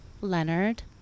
Leonard